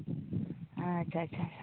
ᱟᱪᱪᱷᱟ ᱟᱪᱪᱷᱟ